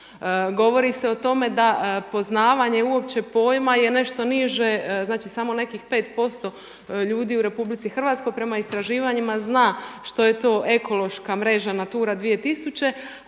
Govori se o tome da poznavanje uopće pojma je nešto niže, znači samo nekih 5% ljudi u Republici Hrvatskoj prema istraživanjima zna što je to ekološka mreža NATURA 2000.